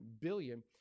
billion